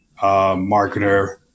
marketer